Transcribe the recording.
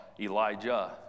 Elijah